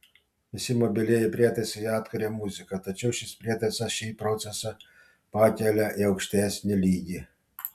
visi mobilieji prietaisai atkuria muziką tačiau šis prietaisas šį procesą pakelia į aukštesnį lygį